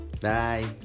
bye